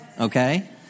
Okay